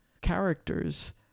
characters